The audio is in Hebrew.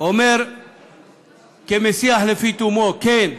אומר כמסיח לפי תומו: כן,